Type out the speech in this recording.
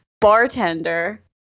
bartender